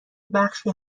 بخشی